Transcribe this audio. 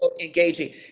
engaging